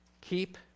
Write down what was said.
Keep